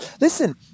Listen